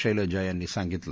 शख्जा यांनी सांगितलं